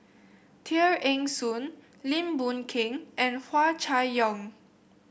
Tear Ee Soon Lim Boon Keng and Hua Chai Yong